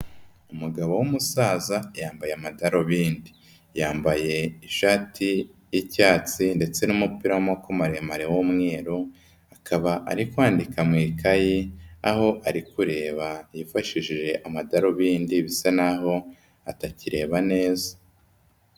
Umugabo w'umusaza yambaye amadarubindi, yambaye ishati y'icyatsi ndetse n'umupira w'amaboko maremare w;umweru akaba ari kwandika mu ikayi aho ari kureba yifashishije amadarubindi bisa n'aho atakireba neza.